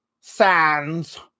Sands